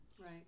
Right